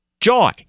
joy